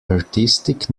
artistic